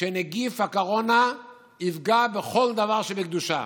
שנגיף הקורונה יפגע בכל דבר שבקדושה,